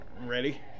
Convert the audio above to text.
Ready